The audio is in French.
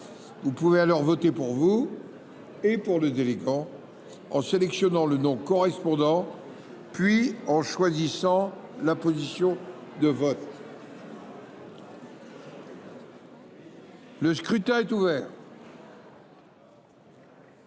Vous pouvez alors voter pour vous et pour le délégant en sélectionnant le nom correspondant puis en choisissant une position de vote. Le scrutin est ouvert.